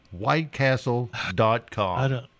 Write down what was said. WhiteCastle.com